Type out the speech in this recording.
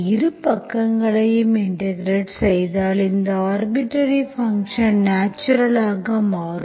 இரு பக்கங்களையும் இன்டெகிரெட் செய்தால் இந்த ஆர்பிட்டர்ரி ஃபங்க்ஷன் நாச்சுரலாக மாறும்